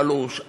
שלוש,